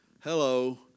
Hello